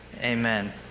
amen